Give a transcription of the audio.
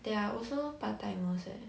they are also part timers eh